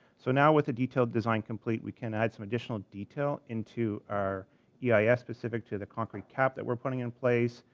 so now with the detailed design complete, we can add some additional detail into our eis, yeah yeah specific to the concrete cap that we're putting in place.